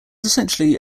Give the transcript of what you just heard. essentially